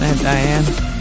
Diane